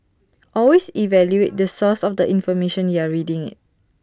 always evaluate the source of the information you're reading IT